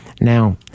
Now